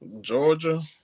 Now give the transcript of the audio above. Georgia